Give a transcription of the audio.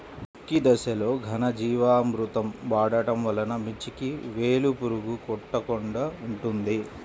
దుక్కి దశలో ఘనజీవామృతం వాడటం వలన మిర్చికి వేలు పురుగు కొట్టకుండా ఉంటుంది?